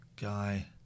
guy